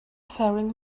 faring